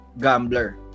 gambler